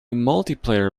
multiplayer